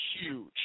huge